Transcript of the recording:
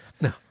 No